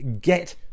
get